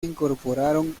incorporaron